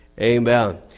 Amen